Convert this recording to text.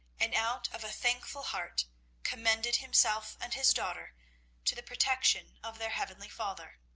and out of a thankful heart commended himself and his daughter to the protection of their heavenly father.